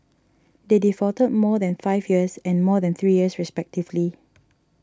they defaulted for more than five years and more than three years respectively